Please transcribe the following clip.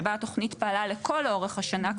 שבה התוכנית פעלה כבר לכל אורך השנה,